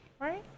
Right